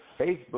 Facebook